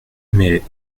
mais